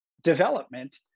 development